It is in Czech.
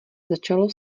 začalo